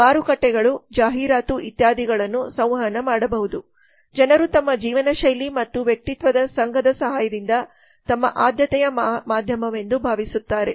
ಮಾರುಕಟ್ಟೆಗಳು ಜಾಹೀರಾತು ಇತ್ಯಾದಿಗಳನ್ನು ಸಂವಹನ ಮಾಡಬಹುದು ಜನರು ತಮ್ಮ ಜೀವನಶೈಲಿ ಮತ್ತು ವ್ಯಕ್ತಿತ್ವ ಸಂಘದ ಸಹಾಯದಿಂದ ತಮ್ಮ ಆದ್ಯತೆಯ ಮಾಧ್ಯಮವೆಂದು ಭಾವಿಸುತ್ತಾರೆ